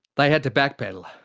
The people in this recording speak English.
they had to back-pedal,